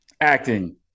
Acting